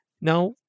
Now